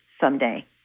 someday